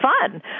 fun